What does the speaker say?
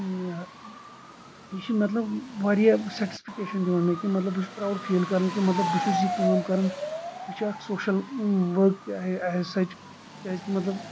یہِ چھُ مطلب واریاہ سیٚٹٕسفٮ۪کشن دِوان مےٚ کہِ مطلب بہٕ چھُس پراوڑ فیٖل کران کہِ مطلب بہٕ چھُس یہِ کٲم کران یہِ چھِ اکھ سوشل ؤرکۍ تہِ ایز سچ کیازِکہِ مطلب